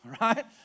right